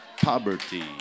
poverty